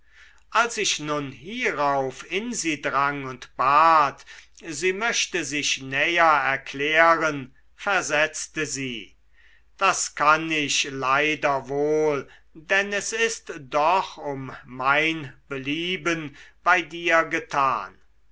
als ich nun hierauf in sie drang und bat sie möchte sich näher erklären versetzte sie das kann ich leider wohl denn es ist doch um mein bleiben bei dir getan